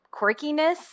quirkiness